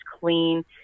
clean